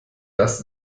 das